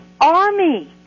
army